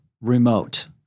remote